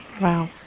Wow